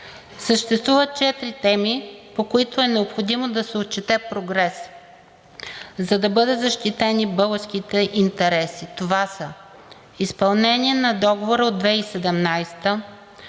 Съществуват четири теми, по които е необходимо да се отчете прогрес, за да бъдат защитени българските интереси – това са: изпълнение на Договора от 2017